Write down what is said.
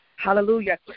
Hallelujah